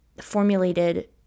formulated